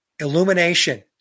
illumination